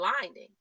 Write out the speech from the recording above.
blinding